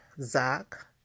Zach